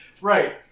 Right